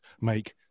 make